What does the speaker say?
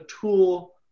tool